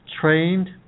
trained